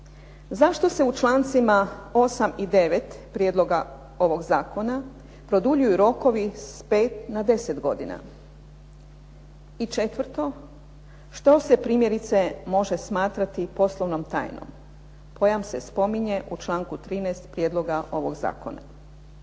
zašto se u člancima 8. i 9. prijedloga ovog zakona produljuju rokovi s 5 na 10 godina? I četvrto što se primjerice može smatrati poslovnom tajnom? Pojam se spominje u članku 13. prijedloga ovog zakona.